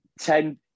ten